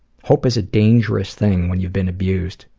hope is a dangerous thing when you've been abused.